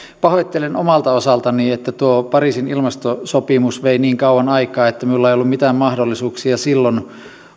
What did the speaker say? pahoittelen omalta osaltani että tuo pariisin ilmastosopimus vei niin kauan aikaa että minulla ei ollut mitään mahdollisuuksia silloin